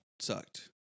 sucked